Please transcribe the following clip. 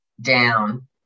down